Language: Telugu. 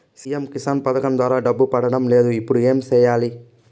సి.ఎమ్ కిసాన్ పథకం ద్వారా డబ్బు పడడం లేదు ఇప్పుడు ఏమి సేయాలి